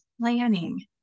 planning